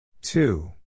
two